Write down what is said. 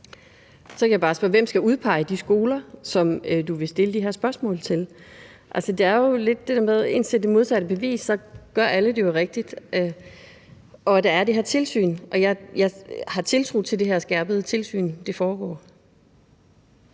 Så kan jeg bare spørge: Hvem skal udpege de skoler, som du vil stille de her spørgsmål til? Altså, det er jo lidt det der med, at indtil det modsatte er bevist, gør alle det jo rigtigt. Der er det her tilsyn, og jeg har tiltro til, at det her skærpede tilsyn foregår.